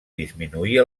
disminuir